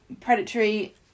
predatory